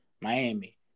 Miami